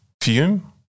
fume-